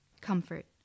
Comfort